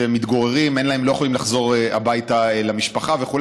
הם לא יכולים לחזור הביתה למשפחה וכו',